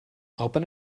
open